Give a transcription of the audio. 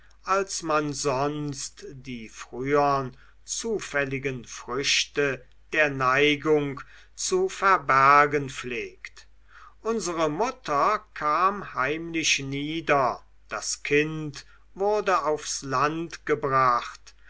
als man sonst die frühern zufälligen früchte der neigung zu verbergen pflegt unsere mutter kam heimlich nieder das kind wurde aufs land gebracht